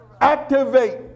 Activate